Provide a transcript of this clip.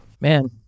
Man